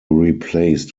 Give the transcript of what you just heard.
replaced